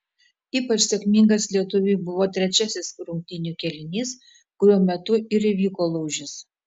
ypač sėkmingas lietuviui buvo trečiasis rungtynių kėlinys kuriuo metu ir įvyko lūžis